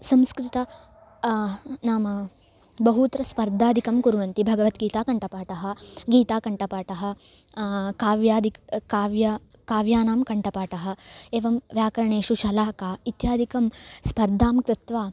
संस्कृतं नाम बहूत्र स्पर्धादिकं कुर्वन्ति भगवद्गीता कण्ठपाठः गीता कण्ठपाठः काव्यादि क् काव्यं काव्यानां कण्ठपाठः एवं व्याकरणेषु शलाका इत्यादिकां स्पर्धां कृत्वा